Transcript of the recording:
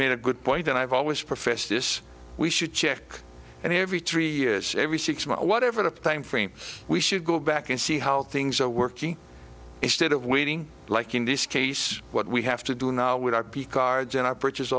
made a good point that i've always professed this we should check and every three years every six months or whatever the time frame we should go back and see how things are working instead of waiting like in this case what we have to do now with our p cards and i purchase